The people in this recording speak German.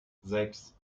sechs